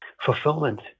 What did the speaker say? fulfillment